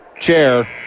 chair